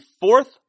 fourth